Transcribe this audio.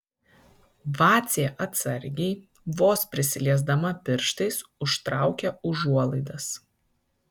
vacė atsargiai vos prisiliesdama pirštais užtraukia užuolaidas